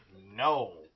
no